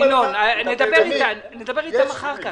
ינון, נדבר איתם אחר כך.